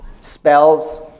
spells